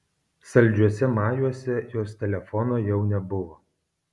saldžiuose majuose jos telefono jau nebuvo